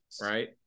right